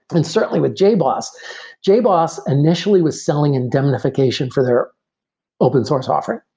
and certainly with jboss, jboss initially was selling indemnification for their open source offering.